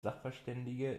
sachverständige